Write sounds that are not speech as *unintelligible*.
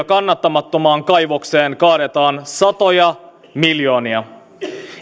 *unintelligible* kannattamattomaan kaivokseen kaadetaan satoja miljoonia